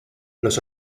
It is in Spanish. los